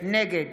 נגד